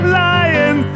lying